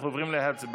אנחנו עוברים להצבעה.